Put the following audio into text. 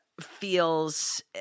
feels